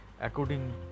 according